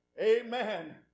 Amen